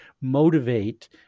motivate